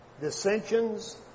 dissensions